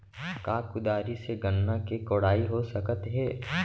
का कुदारी से गन्ना के कोड़ाई हो सकत हे?